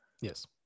Yes